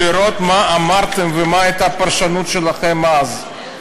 לראות מה אמרתם ומה הייתה הפרשנות שלכם אז.